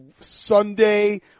Sunday